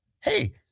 hey